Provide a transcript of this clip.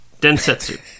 Densetsu